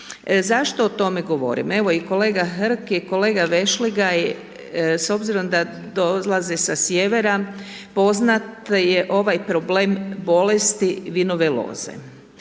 Zašto o tome govorim? Evo, i kolega Hrg i kolega Vešligaj, s obzirom da dolaze sa sjevera, poznat je ovaj problem bolesti vinove loze.